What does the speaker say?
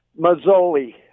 Mazzoli